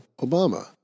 obama